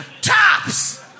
Tops